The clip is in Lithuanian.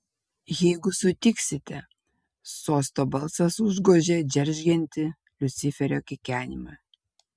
jeigu sutiksite sosto balsas užgožė džeržgiantį liuciferio kikenimą